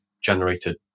generated